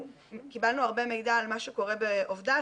קיבלנו הרבה מידע על מה שקורה בעובדה,